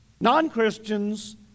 Non-Christians